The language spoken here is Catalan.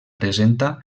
presenta